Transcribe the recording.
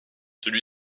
celui